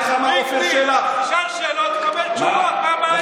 אז תהיה עוד ועדת חקירה, ביג דיל.